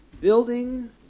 Building